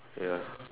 ya